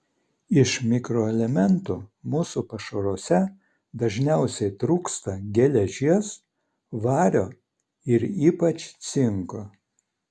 iš mikroelementų mūsų pašaruose dažniausiai trūksta geležies vario ir ypač cinko